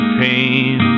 pain